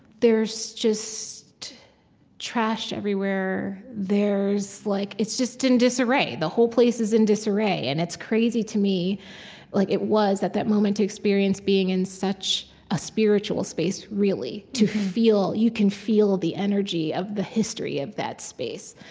there's just trash everywhere. there's like it's just in disarray. the whole place is in disarray. and it's crazy, to me like it was, at that moment, to experience being in such a spiritual space, really to feel you can feel the energy of the history of that space.